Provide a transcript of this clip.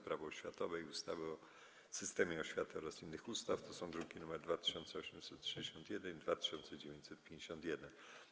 Prawo oświatowe i ustawy o systemie oświaty oraz innych ustaw (druki nr 2861 i 2951)